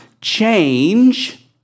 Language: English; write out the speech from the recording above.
change